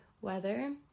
weather